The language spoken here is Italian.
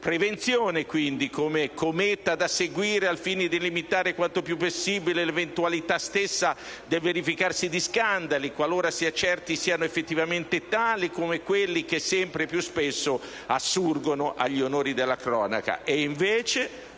prevenzione, quindi, come cometa da seguire al fine di limitare quanto più possibile l'eventualità stessa del verificarsi di scandali, qualora si accerti siano effettivamente tali, come quelli che sempre più spesso assurgono agli onori della cronaca.